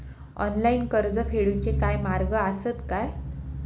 Online कर्ज फेडूचे काय मार्ग आसत काय?